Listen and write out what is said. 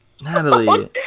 natalie